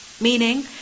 meaning